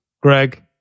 Greg